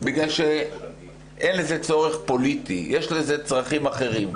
בגלל שאין לזה צורך פוליטי ויש לזה צרכים אחרים.